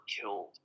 killed